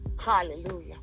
Hallelujah